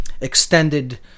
extended